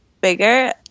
bigger